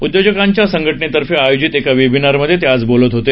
उद्योजकांच्या संघटनेतर्फे आयोजित एका वेबिनारमधे ते आज बोलत होते